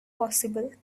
possible